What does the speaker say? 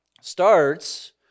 starts